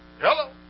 Hello